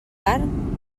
carn